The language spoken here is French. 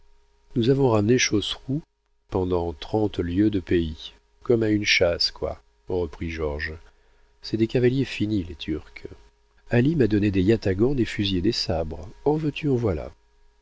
nous avons ramené chosrew pendant trente lieues de pays comme à une chasse quoi reprit georges c'est des cavaliers finis les turcs ali m'a donné des yatagans des fusils et des sabres en veux-tu en voilà